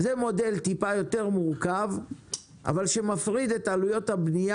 זה מודל מעט יותר מורכב אבל שמפריד את עלויות הבניה